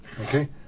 Okay